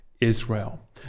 israel